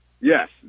Yes